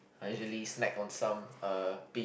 I usually snack on some err pea